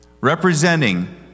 representing